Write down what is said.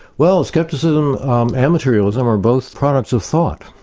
well scepticism and materialism are both products of thought,